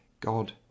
God